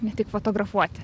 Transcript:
ne tik fotografuoti